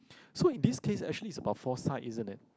so in this case it's actually about foresight isn't it